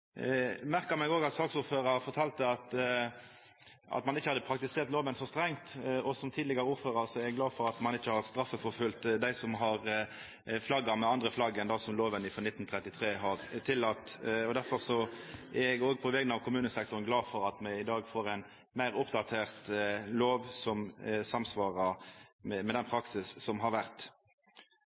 merka meg òg at saksordføraren fortalde at ein ikkje har praktisert loven så strengt, og som tidlegare ordførar er eg glad for at ein ikkje har straffeforfølgt dei som har flagga med andre flagg enn det som loven frå 1933 har tillate. Derfor er eg òg på vegner av kommunesektoren glad for at me i dag får ein meir oppdatert lov som samsvarer med den praksisen som har vore.